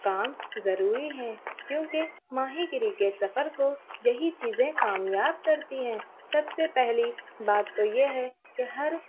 کام ضروری ہیں کیونکہ ماہی گیری کے سفر کو یہی چیزیں کامیاب کرتی ہیں سب سے پہلی بات تو یہ ہے کہ ہر